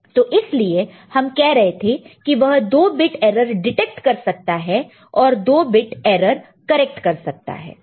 तो इसीलिए हम कह रहे थे कि वह 2 बिट एरर डिटेक्ट कर सकता है और 2 बिट एरर करेक्ट कर सकता है